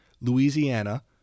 Louisiana